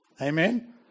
Amen